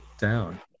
down